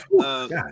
God